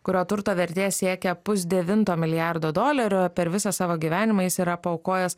kurio turto vertė siekia pusdevinto milijardo dolerių per visą savo gyvenimą jis yra paaukojęs